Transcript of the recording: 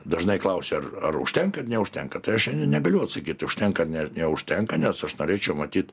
dažnai klausia ar ar užtenka ar neužtenka tai aš negaliu atsakyt užtenka ar ne neužtenka nes aš norėčiau matyt